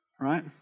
right